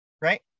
right